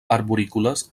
arborícoles